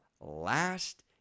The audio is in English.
last